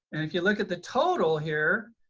and if you look at the total here,